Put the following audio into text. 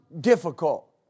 difficult